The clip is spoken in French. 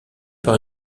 par